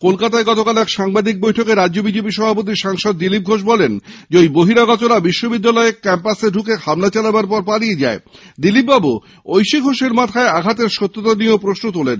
কলকাতায় গতকাল এক সাংবাদিক বৈঠকে রাজ্য বিজেপির সভাপতি ও সাংসদ দিলীপ ঘোষ জানান ঐ বহিরাগতরা বিশ্ববিদ্যালয় ক্যাম্পাসে ঢুকে হামলা চালানোর পর পালিয়ে যায় দিলীপবাবু ঐশী ঘোষের মাথায় আঘাতের সত্যতা নিয়েও প্রশ্ন তোলেন